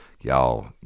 Y'all